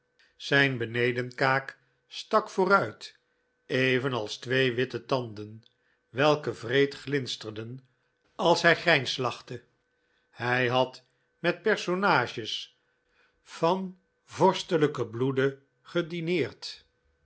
zijn benedenkaak stak vooruit evenals twee witte tanden welke wreed glinsterden als hij grijnslachte hij had met personages van vorstelijken bloede gedineerd